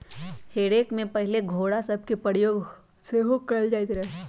हे रेक में पहिले घोरा सभके प्रयोग सेहो कएल जाइत रहै